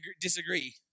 disagree